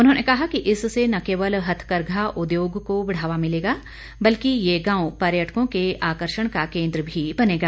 उन्होंने कहा कि इससे न केवल हथकरघा उद्योग को बढ़ावा मिलेगा बल्कि ये गांव पर्यटकों के आकर्षण का केन्द्र भी बनेगा